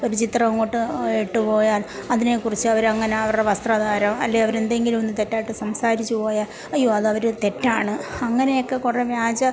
ഒരു ചിത്രം അങ്ങോട്ട് ഇട്ട് പോയാൽ അതിനെ കുറിച്ചവരങ്ങനെ അവരുടെ വസ്ത്രധാരണം അല്ലേ അവരെന്തെങ്കിലും ഒന്ന് തെറ്റായിട്ട് സംസാരിച്ച് പോയാൽ അയ്യോ അതവർ തെറ്റാണ് അങ്ങനെയൊക്കെ കുറെ വ്യാജ